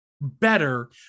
better